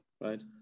Right